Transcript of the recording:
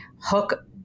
hook